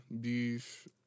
beef